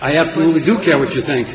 i absolutely do care what you think